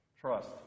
Trust